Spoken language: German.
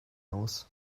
aus